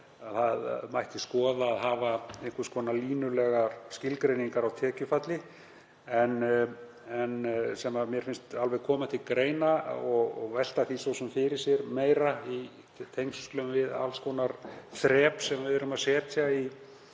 að mætti skoða, að hafa einhvers konar línulegar skilgreiningar á tekjufalli. Það finnst mér alveg koma til greina og má velta því meira fyrir sér í tengslum við alls konar þrep sem við erum að setja í